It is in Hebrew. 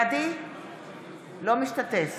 אינו משתתף